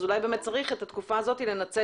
אז אולי באמת צריך את התקופה הזאת לנצל.